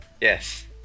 Yes